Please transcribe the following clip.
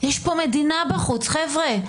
יש פה מדינה בחוץ, חבר'ה.